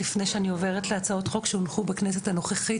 לפני שאני עוברת להצעות חוק שהונחו בכנסת הנוכחית